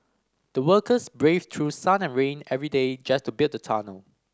the workers braved through sun and rain every day just to build the tunnel